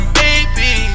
baby